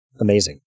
amazing